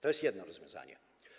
To jest jedno rozwiązanie.